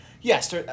Yes